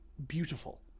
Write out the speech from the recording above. Beautiful